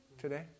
today